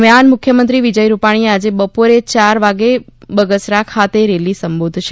દરમ્યાન મુખ્યમંત્રી વિજય રૂપાણી આજે બપોરે યાર વાગે બગસરા ખાતે રેલી સંબોધશે